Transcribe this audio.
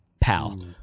pal